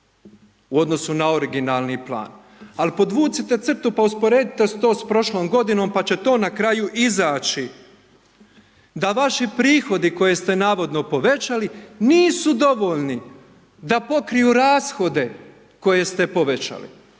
u odnosu na originalni plan, ali podvucite crtu pa usporedite to s prošlom g. pa će to na kraju izaći, da vaši prihodi koje ste navodno povećali, nisu dovoljno, da pokriju rashode koje ste povećali